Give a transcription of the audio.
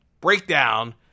breakdown